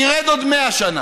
ירד עוד 100 שנה,